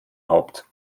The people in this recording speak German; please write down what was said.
haupt